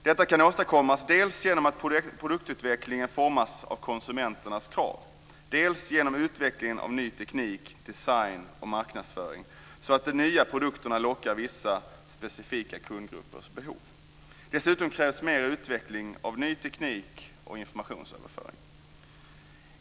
Detta kan åstadkommas dels genom att produktutvecklingen formas av konsumenternas krav, dels genom utvecklingen av ny teknik, design och marknadsföring, så att de nya produkterna lockar fram vissa specifika kundgruppers behov. Dessutom krävs mer utveckling av ny teknik och informationsöverföring.